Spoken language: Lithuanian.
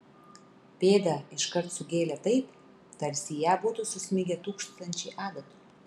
pėdą iškart sugėlė taip tarsi į ją būtų susmigę tūkstančiai adatų